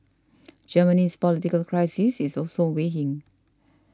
Germany's political crisis is also weighing